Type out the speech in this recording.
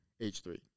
H3